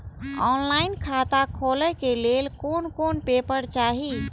Online खाता खोले के लेल कोन कोन पेपर चाही?